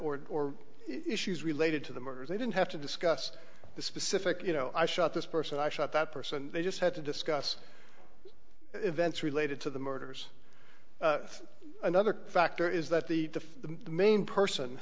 order or issues related to the murders they didn't have to discuss the specific you know i shot this person i shot that person they just had to discuss events related to the murders another factor is that the the main person